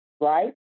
right